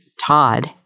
Todd